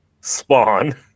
Spawn